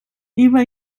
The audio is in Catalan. iva